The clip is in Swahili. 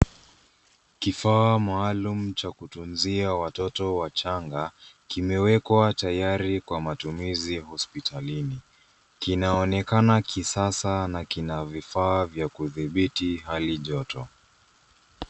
Kifaa maalum cha kutunzia watoto wachanga, kimewekwa tayari kwa matumizi hospitalini. Kinaonekana kisasa na kina vifaa vya kudhibiti hali joto.